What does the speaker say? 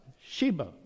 Sheba